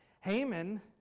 Haman